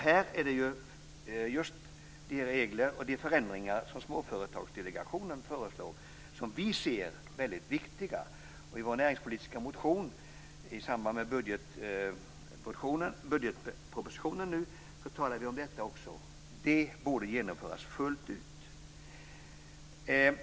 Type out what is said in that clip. Här är det just de regelförändringar som Småföretagsdelegationen föreslår som vi ser som väldigt viktiga. I vår näringspolitiska motion i samband med budgetpropositionen skriver vi om detta. De borde genomföras fullt ut.